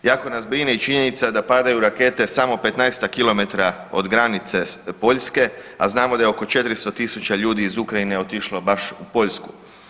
Jako nas brine i činjenica da padaju rakete samo 15-ak kilometara od granice Poljske, a znamo da je oko 400 tisuća ljudi iz Ukrajine otišlo baš u Poljsku.